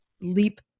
leap